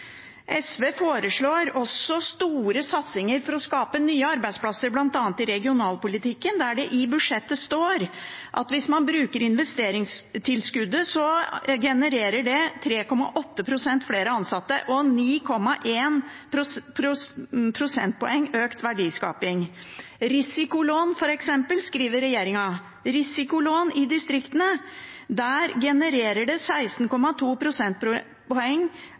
SV foreslår også store satsinger for å skape nye arbeidsplasser, bl.a. i regionalpolitikken. I budsjettet står det at hvis man bruker investeringstilskuddet, genererer det 3,8 pst. flere ansatte og 9,1 prosentpoeng økt verdiskaping. Regjeringen skriver at risikolån i distriktene genererer 16,2 prosentpoeng høyere verdiskaping og 6,2 prosentpoeng flere ansatte. Ja, der kutter regjeringen, mens SV satser helt konkret på det